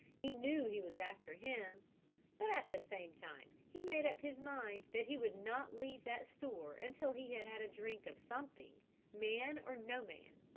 he knew he was after him but at the same time he made up his mind that he would not leave that store until he had had a drink of something man or no man.